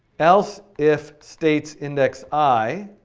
else if states index i,